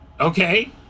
Okay